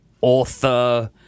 author